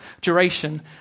duration